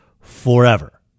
forever